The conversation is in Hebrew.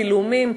צילומים,